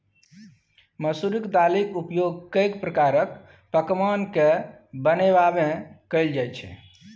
मसुरिक दालिक उपयोग कैक प्रकारक पकवान कए बनेबामे कएल जाइत छै